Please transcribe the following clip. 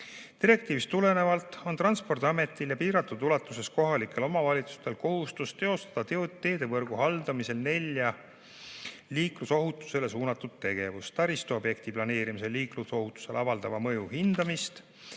Direktiivist tulenevalt on Transpordiametil ja piiratud ulatuses kohalikel omavalitsustel kohustus teostada teedevõrgu haldamisel nelja liiklusohutusele suunatud tegevust: taristuobjekti planeerimisel liiklusohutusele avaldatava mõju hindamist,